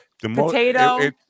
Potato